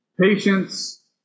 patience